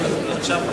שפיטה וחידושה),